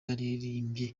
yaririmbye